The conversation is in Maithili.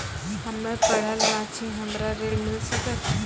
हम्मे पढ़ल न छी हमरा ऋण मिल सकत?